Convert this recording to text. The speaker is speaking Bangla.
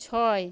ছয়